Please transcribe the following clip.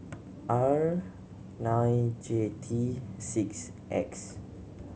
R nine J T six X